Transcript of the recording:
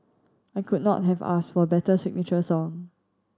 I could not have asked for better signature song